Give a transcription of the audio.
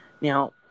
Now